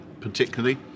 particularly